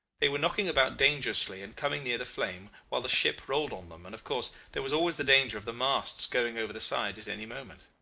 they were knocking about dangerously and coming near the flame, while the ship rolled on them, and, of course, there was always the danger of the masts going over the side at any moment.